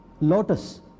Lotus